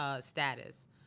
status